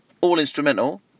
all-instrumental